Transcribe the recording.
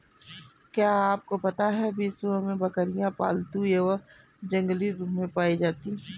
क्या आपको पता है विश्व में बकरियाँ पालतू व जंगली रूप में पाई जाती हैं?